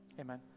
Amen